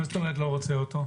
מה זאת אומרת לא רוצה אותו?